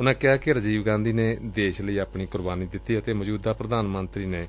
ਉਨਾਂ ਕਿਹਾ ਕਿ ਰਾਜੀਵ ਗਾਧੀ ਨੇ ਦੇਸ਼ ਲਈ ਆਪਣੀ ਕੁਰਬਾਨੀ ਦਿੱਤੀ ਅਤੇ ਮੌਜੁਦਾ ਪ੍ਰਧਾਨ ਮੰਤਰੀ ਨੇ